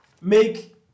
make